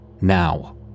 Now